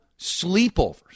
sleepovers